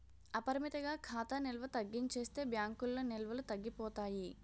అపరిమితంగా ఖాతా నిల్వ తగ్గించేస్తే బ్యాంకుల్లో నిల్వలు తగ్గిపోతాయి